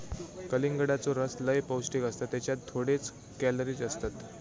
कलिंगडाचो रस लय पौंष्टिक असता त्येच्यात थोडेच कॅलरीज असतत